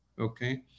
Okay